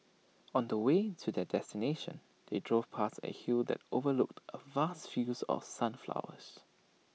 on the way to their destination they drove past A hill that overlooked A vast fields of sunflowers